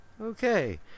Okay